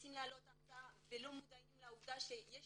שרוצים לעלות ארצה ולא מודעים לכך שיש